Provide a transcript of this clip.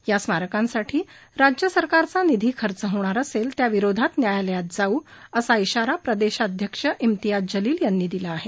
या स्मारकांसाठी राज्य सरकारचा निधी खर्च होणार असेल त्या विरोधात न्यायालयात जाऊ असा इशारा प्रदेशाध्यक्ष इम्तियाज जलील यांनी दिला आहे